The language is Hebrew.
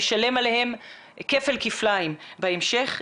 נשלם עליהן כפל כפליים בהמשך.